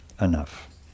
enough